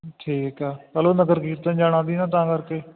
ਠੀਕ ਆ ਕੱਲ੍ਹ ਨੂੰ ਨਗਰ ਕੀਰਤਨ ਜਾਣਾ ਸੀ ਨਾ ਤਾਂ ਕਰਕੇ